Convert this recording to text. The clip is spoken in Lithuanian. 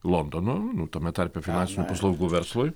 londono tame tarpe finansinių paslaugų verslui